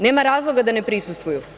Nema razloga da ne prisustvuju.